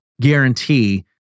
guarantee